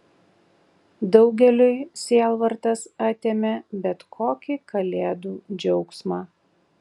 daugeliui sielvartas atėmė bet kokį kalėdų džiaugsmą